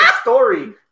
story